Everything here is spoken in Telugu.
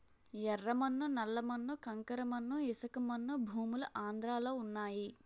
యెర్ర మన్ను నల్ల మన్ను కంకర మన్ను ఇసకమన్ను భూములు ఆంధ్రలో వున్నయి